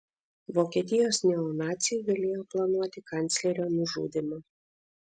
vokietijos neonaciai galėjo planuoti kanclerio nužudymą